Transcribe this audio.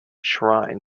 shrine